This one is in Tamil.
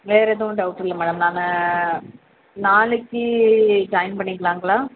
வேறு எதுவும் டவுட் இல்லை மேடம் நான் நாளைக்கு ஜாயிண்ட் பண்ணிக்கலாங்களா